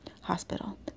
hospital